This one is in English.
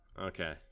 Okay